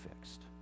fixed